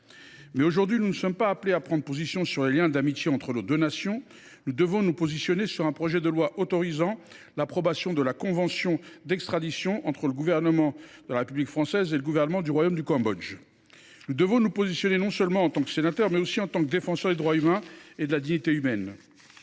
mutuel. Nous ne sommes pas appelés aujourd’hui à prendre position sur les liens d’amitié entre nos deux nations. Nous devons nous positionner sur un projet de loi autorisant l’approbation de la convention d’extradition entre le gouvernement de la République française et le gouvernement du royaume du Cambodge. Nous devons le faire non seulement en tant que sénateurs, mais aussi en tant que défenseurs des droits humains et de la dignité humaine.